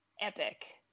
epic